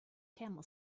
camel